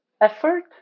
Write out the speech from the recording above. effort